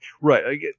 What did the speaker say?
Right